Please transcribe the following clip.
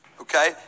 okay